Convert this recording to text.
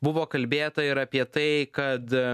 buvo kalbėta ir apie tai kad